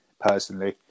personally